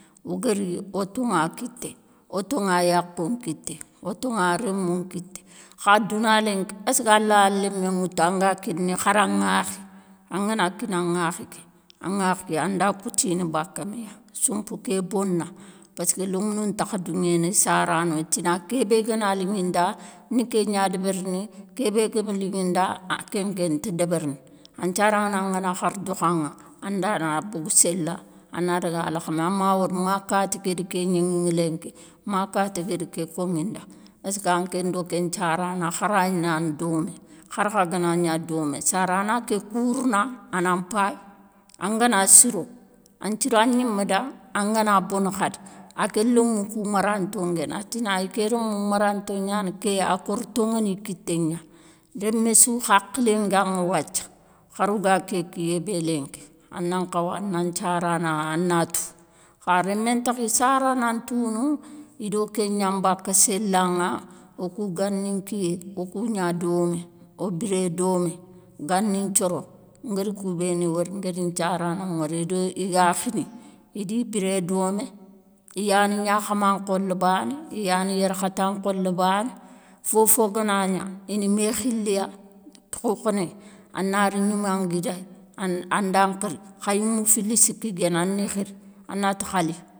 Ogari, otonŋa kité, o tonŋa yakhou nkité, o tonŋa rémou nkité, kha douna linki esska laya lémé nŋwoutou anga kini khara nŋwakhi, angana kina nŋwakhi ké, aŋakhi ké anda koutini baka méya, soumpou ké bona, pesske lomounou ntakha dounŋéné sarano itina, kébé gana linŋi nda, ni kégna débérini, kébé gama linŋi nda ah kén nké nti débérini. An nthiarano ngana khar dokhanŋa, anda na bogou séla ana daga lakhami an ma wori, ma kati guér ké gnaŋinŋa linki, ma kati guér ké konŋinda, esskan nké do kén nthiarana kha ray gnana domé, khar kha gana gna domé, sarana ké kourouna ana mpayi, angana siro. an nthiro an gnimé da, an ngana bono khadi, aké lomou kou maranto nguéni atina iké romou maranto gnani ké akori tonŋoni kité gna, léminé sou khakhilé nganŋa wathia, kharo ga ké kiyé bé linki. ana nkhawa ana nthiarana ana tou. Kha rémé ntakhi sarana ntounou ido kégnaa mbaka séla ŋa, okou gani nkiyé okou gna domé, obiré domé, gani nthioro nguér koubéni wori ngari nthiarano ŋori idi akhini, idi biré domé, i yani gnakhama nkholé bané, i yani yarkhata nkholé bané, fofo gana gna, ini mé khiliya. Khokhoné, anari gnouma nguida anda nkhiri kha yimou fili siki guéni ani khiri, anati khali.